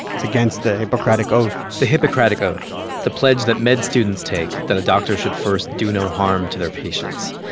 it's against the hippocratic oath the hippocratic oath the pledge that med students take that a doctor should first do no harm to their patients.